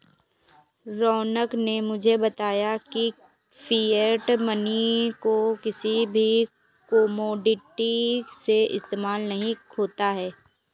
रौनक ने मुझे बताया की फिएट मनी को किसी भी कोमोडिटी में इस्तेमाल नहीं होता है